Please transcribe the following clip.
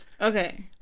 Okay